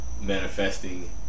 manifesting